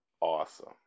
awesome